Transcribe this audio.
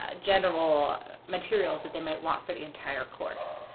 ah general materials that they might want for the entire course.